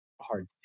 hard